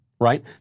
right